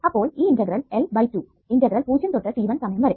അപ്പോൾ ഈ integral L 2 integral 0 തൊട്ട് t1 സമയം വരെ